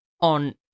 on